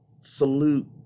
salute